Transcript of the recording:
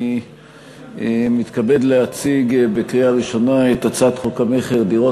אני מתכבד להציג לקריאה ראשונה את הצעת חוק המכר (דירות)